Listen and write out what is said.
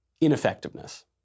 ineffectiveness